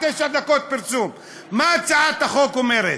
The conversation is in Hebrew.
מה הצעת החוק אומרת?